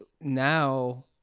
now